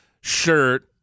shirt